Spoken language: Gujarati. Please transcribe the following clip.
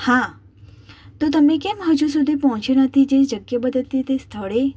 હા તો તમે કેમ હજુ સુધી પહોંચ્યા નથી જે જગ્યા બતાવતી હતી તે સ્થળે